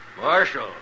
Marshal